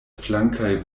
flankaj